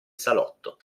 salotto